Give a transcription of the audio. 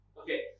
okay